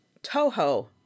Toho